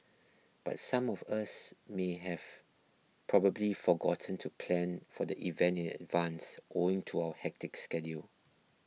but some of us may have probably forgotten to plan for the event in advance owing to our hectic schedule